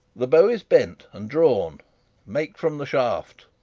the bow is bent and drawn make from the shaft.